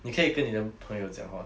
你可以跟你的朋友讲话